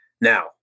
Now